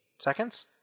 seconds